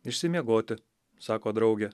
išsimiegoti sako draugė